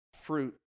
fruit